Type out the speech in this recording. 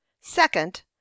second